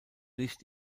licht